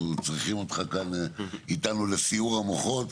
צריכים אותו כאן איתנו לסיעור המוחות.